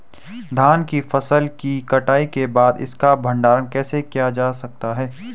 धान की फसल की कटाई के बाद इसका भंडारण कैसे किया जा सकता है?